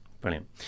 brilliant